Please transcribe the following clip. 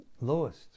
lowest